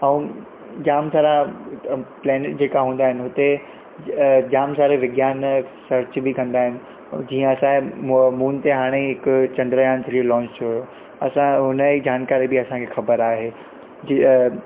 ऐं जाम सारा अ प्लेनिट जेका हूंदा आहिनि हुते अ जाम सारे विज्ञान सर्च बि कंदा आहिनि ऐं जीअं असांजे मो मून ते हाणे ई हिकु चंद्रयान जी लॉन्च असांजो हुनजी जानकारी बि असांखे ख़बर आहे जीअं